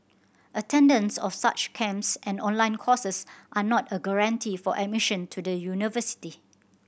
attendance of such camps and online courses are not a guarantee for admission to the university